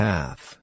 Path